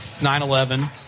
9-11